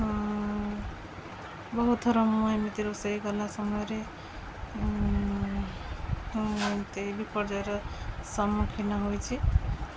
ବହୁତ ଥର ମୁଁ ଏମିତି ରୋଷେଇ କଲା ସମୟରେ ଏମିତି ବିପର୍ଯ୍ୟୟର ସମ୍ମୁଖୀନ ହୋଇଛି